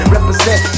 Represent